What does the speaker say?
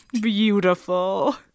Beautiful